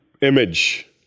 image